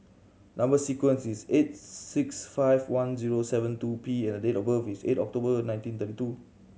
number sequence is eight six five one zero seven two P and the date of birth is eight October nineteen thirty two